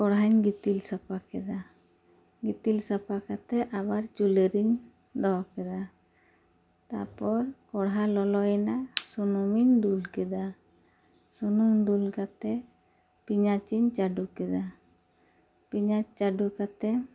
ᱠᱚᱲᱦᱟᱹᱧ ᱜᱤᱛᱤᱞ ᱥᱟᱯᱷᱟ ᱠᱮᱫᱟ ᱜᱤᱛᱤᱞ ᱥᱟᱯᱷᱟ ᱠᱟᱛᱮ ᱟᱵᱟᱨ ᱪᱩᱞᱦᱟᱹ ᱨᱮᱧ ᱫᱚᱦᱚ ᱠᱮᱫᱟ ᱛᱟᱨᱯᱚᱨ ᱠᱚᱲᱦᱟ ᱞᱚᱞᱚᱭᱮᱱᱟ ᱥᱩᱱᱩᱢ ᱤᱧ ᱫᱩᱞ ᱠᱮᱫᱟ ᱥᱩᱱᱩᱢ ᱫᱩᱞ ᱠᱟᱛᱮ ᱯᱮᱭᱟᱸᱡᱽ ᱤᱧ ᱪᱟᱹᱰᱩ ᱠᱮᱫᱟ ᱯᱮᱭᱟᱸᱡᱽ ᱪᱟᱹᱰᱩ ᱠᱟᱛᱮᱜ